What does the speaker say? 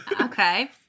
Okay